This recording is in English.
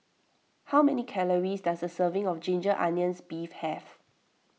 how many calories does a serving of Ginger Onions Beef have